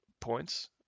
points